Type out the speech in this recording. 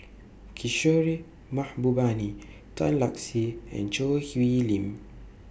Kishore Mahbubani Tan Lark Sye and Choo Hwee Lim